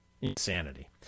Insanity